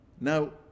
Now